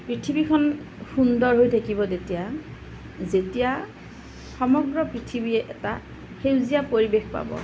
পৃথিৱীখন সুন্দৰ হৈ থাকিব তেতিয়া যেতিয়া সমগ্ৰ পৃথিৱীয়ে এটা সেউজীয়া পৰিৱেশ পাব